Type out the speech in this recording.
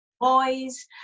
boys